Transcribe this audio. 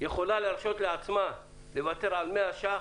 יכולה להרשות לעצמה לוותר על 100 ש"ח